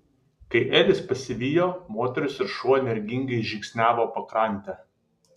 kai elis pasivijo moteris ir šuo energingai žingsniavo pakrante